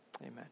Amen